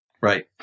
Right